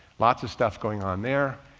lots of stuff going on there,